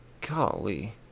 golly